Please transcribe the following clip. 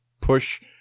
push